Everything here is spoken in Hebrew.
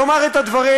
לומר את הדברים